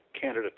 Canada